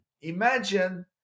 imagine